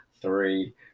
three